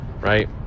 right